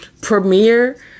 premiere